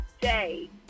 day